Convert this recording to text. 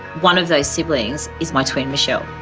one of those siblings is my twin michelle.